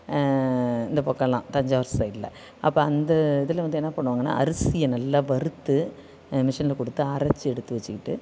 இந்த பக்கமெலாம் தஞ்சாவூர் சைடில் அப்போ அந்த இதில் வந்து என்ன பண்ணுவாங்கன்னால் அரிசியை நல்லா வறுத்து மிஷினில் கொடுத்து அரைச்சி எடுத்து வச்சுக்கிட்டு